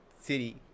city